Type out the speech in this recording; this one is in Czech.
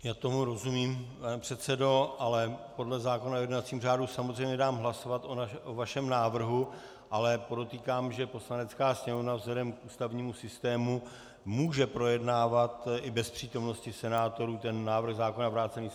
Já tomu rozumím, pane předsedo, ale podle zákona o jednacím řádu samozřejmě dám hlasovat o vašem návrhu, ale podotýkám, že Poslanecká sněmovna vzhledem k ústavnímu systému může projednávat i bez přítomnosti senátorů návrh zákona vrácený Senátem.